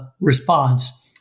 response